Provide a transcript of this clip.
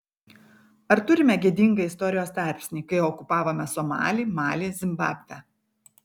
ar turime gėdingą istorijos tarpsnį kai okupavome somalį malį zimbabvę